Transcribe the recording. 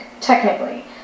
technically